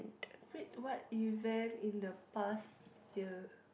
wait what event in the past year